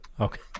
okay